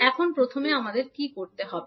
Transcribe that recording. এখন প্রথমে আমাদের কী করতে হবে